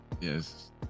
Yes